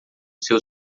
seu